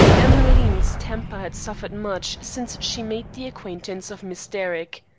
emmeline's temper had suffered much since she made the acquaintance of miss derrick.